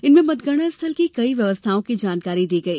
इसमें मतगणना स्थल की कई व्यवस्थाओं की जानकारी दी गई